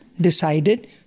decided